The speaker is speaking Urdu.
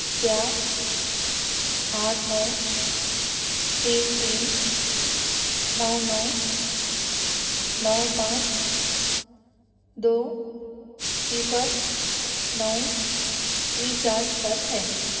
کیا آٹھ نو تین تین نو نو نو پانچ دو صفر نو ریچارج پر ہے